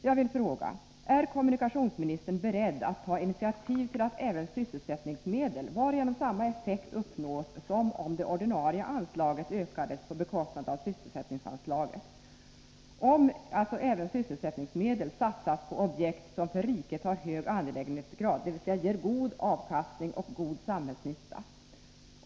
Jag vill fråga: Är kommunikationsministern beredd att ta initiativ till att även sysselsättningsmedel satsas på objekt som för riket har hög angelägenhetsgrad — dvs. ger god avkastning och god samhällsnytta — varigenom samma effekt uppnås som om det ordinarie anslaget ökades på bekostnad av sysselsättningsanslaget?